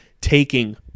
taking